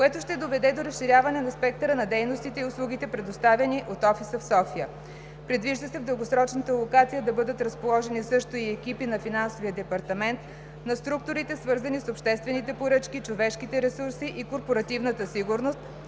което ще доведе до разширяване на спектъра на дейностите и услугите, предоставяни от Офиса в София. Предвижда се в дългосрочната локация да бъдат разположени също и екипи на Финансовия департамент, на структурите, свързани с обществените поръчки, човешките ресурси и корпоративната сигурност,